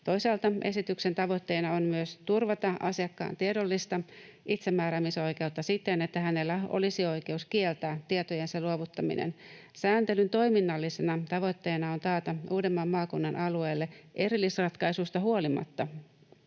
Toisaalta esityksen tavoitteena on myös turvata asiakkaan tiedollista itsemääräämisoikeutta siten, että hänellä olisi oikeus kieltää tietojensa luovuttaminen. Sääntelyn toiminnallisena tavoitteena on taata Uudenmaan maakunnan alueelle erillisratkaisusta huolimatta